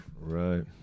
Right